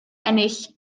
ennill